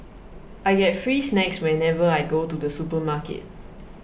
I get free snacks whenever I go to the supermarket